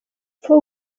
for